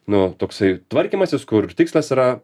nu toksai tvarkymasis kur tikslas yra